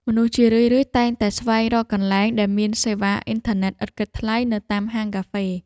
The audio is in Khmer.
មនុស្សជារឿយៗតែងតែស្វែងរកកន្លែងដែលមានសេវាអ៊ីនធឺណិតឥតគិតថ្លៃ នៅតាមហាងកាហ្វេ។